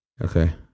Okay